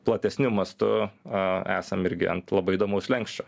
platesniu mastu a esam irgi ant labai įdomus slenksčio